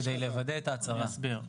כדי לוודא את ההצהרה.